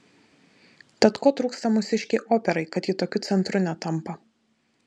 tad ko trūksta mūsiškei operai kad ji tokiu centru netampa